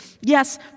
Yes